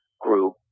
group